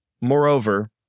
Moreover